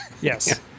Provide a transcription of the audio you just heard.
Yes